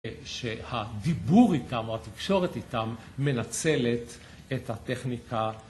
שהדיבור איתם, או התקשורת איתם, מנצלת את הטכניקה